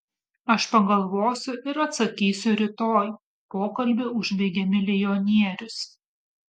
aš pagalvosiu ir atsakysiu rytoj pokalbį užbaigė milijonierius